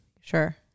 Sure